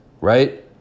right